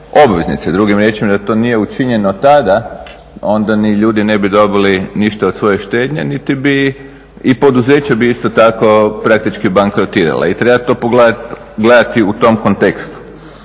obveznice. Drugim riječima, da to nije učinjeno tada onda ni ljudi ne bi dobili ništa od svoje štednje niti bi i poduzeće bi isto tako praktički bankrotiralo. I treba to pogledati u tom kontekstu.